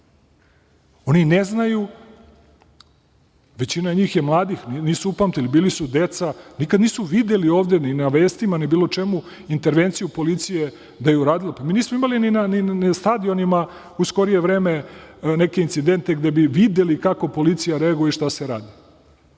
Oni i ne znaju, većina njih je mladih, nisu upamtili, bili su deca, nikada nisu videli ovde ni na vestima, ni bilo čemu intervenciju policije da je bilo šta uradila. Mi nismo imali ni na stadionima u skorije vreme neke incidente gde bi videli kako policija reaguje i šta se radi.